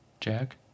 Jack